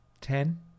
Ten